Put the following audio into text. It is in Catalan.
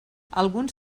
alguns